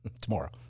Tomorrow